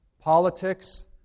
politics